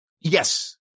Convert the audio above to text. Yes